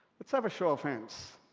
let's have a show of hands.